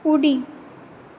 उडी